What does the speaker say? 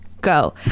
go